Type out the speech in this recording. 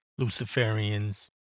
Luciferians